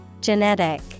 Genetic